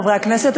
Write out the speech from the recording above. חברי הכנסת,